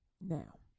Now